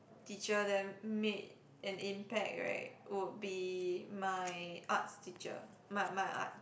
teacher that made an impact right would be my Arts teacher my my Art